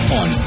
on